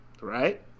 Right